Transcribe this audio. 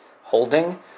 holding